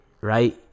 right